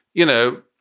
you know,